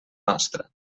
nostra